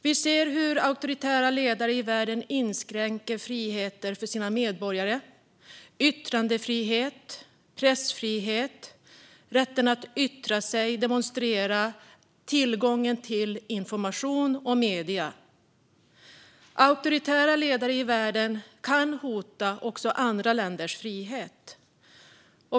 Vi ser hur auktoritära ledare i världen inskränker friheter för sina medborgare: yttrandefriheten, pressfriheten, rätten att yttra sig och demonstrera och rätten till information och medier. Auktoritära ledare i världen kan hota också andra länders frihet.